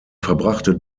verbrachte